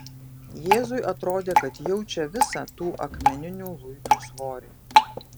jėzui atrodė kad jaučia visą tų akmeninių luitų svorį